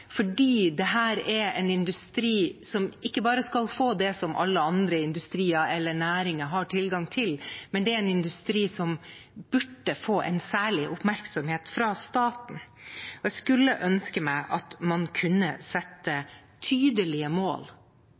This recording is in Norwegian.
fordi dette er en industri som ikke bare skal få det som alle andre industrier eller næringer har tilgang til, men det er en industri som burde få en særlig oppmerksomhet fra staten. Jeg skulle ønske meg at man kunne sette tydelige mål